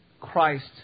Christ